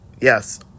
Yes